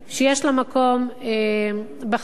שיש לה מקום בחקיקה,